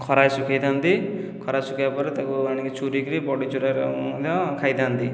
ଖରାରେ ସୁଖାଇ ଥାଆନ୍ତି ଖରାରେ ସୁଖାଇବା ପରେ ତାକୁ ଆଣିକି ଚୁରି କରି ବଡ଼ି ଚୁରାର ମଧ୍ୟ ଖାଇଥାଆନ୍ତି